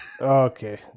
okay